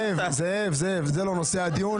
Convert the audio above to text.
זאב, זה לא נושא הדיון.